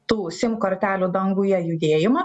tų sim kortelių danguje judėjimą